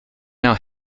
now